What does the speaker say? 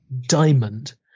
diamond